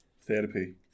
Therapy